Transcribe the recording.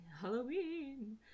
Halloween